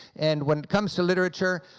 and when it comes to literature,